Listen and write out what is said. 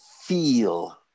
feel